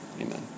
Amen